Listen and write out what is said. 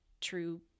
true